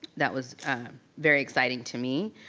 that was very exciting to me.